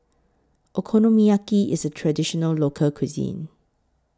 Okonomiyaki IS A Traditional Local Cuisine